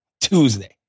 Tuesday